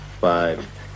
five